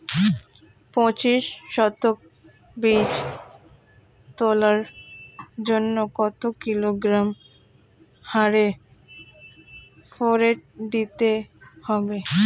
পঁচিশ শতক বীজ তলার জন্য কত কিলোগ্রাম হারে ফোরেট দিতে হবে?